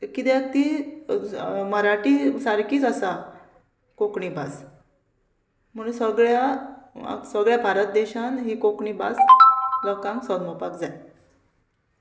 कित्याक ती मराठी सारकीच आसा कोंकणी भास म्हण सगळ्या सगळ्या भारत देशान ही कोंकणी भास लोकांक समोवपाक जाय